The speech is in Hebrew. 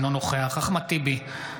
אינו נוכח אחמד טיבי,